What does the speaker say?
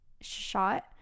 shot